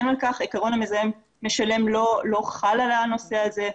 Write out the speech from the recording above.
עקרון המזהם משלם לא חל על הנושא הזה,